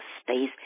space